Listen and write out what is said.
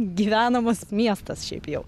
gyvenamas miestas šiaip jau